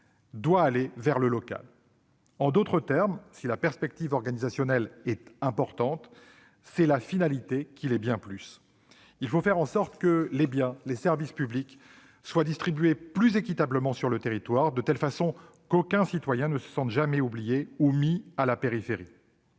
doit aller vers le local- en d'autres termes, si la perspective organisationnelle est importante, la finalité l'est bien plus. Il faut faire en sorte que les biens et services publics soient distribués plus équitablement sur le territoire, de façon qu'aucun citoyen ne se sente jamais oublié ou mis à la périphérie.